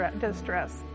distress